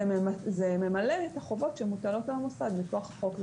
זה ממלא את החובות שמוטלות על המוסד מכוח החוק.